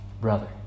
Brother